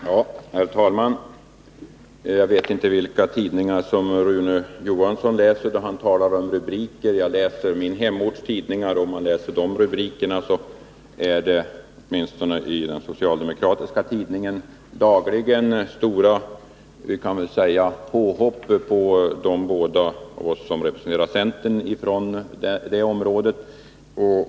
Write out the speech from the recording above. Herr talman! Jag vet inte vilka tidningar Rune Johansson syftade på då han talade om rubriker. Jag läser min hemorts tidningar. I den socialdemokratiska tidningen är det nästan dagligen grova påhopp på oss båda som representerar centern från det området.